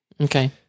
Okay